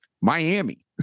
Miami